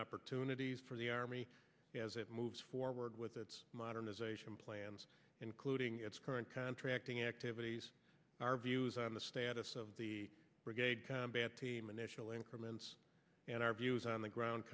opportunities for the army as it moves forward with its modernization plans including its current contracting activities our views on the status of the brigade combat team initial increments and our views on the ground